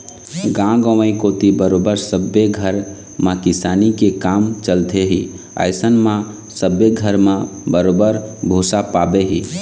गाँव गंवई कोती बरोबर सब्बे घर म किसानी के काम चलथे ही अइसन म सब्बे घर म बरोबर भुसा पाबे ही